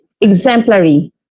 exemplary